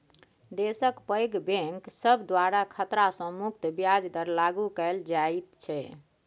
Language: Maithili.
देशक पैघ बैंक सब द्वारा खतरा सँ मुक्त ब्याज दर लागु कएल जाइत छै